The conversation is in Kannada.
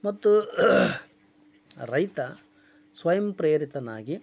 ಮತ್ತು ರೈತ ಸ್ವಯಂಪ್ರೇರಿತನಾಗಿ